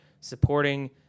supporting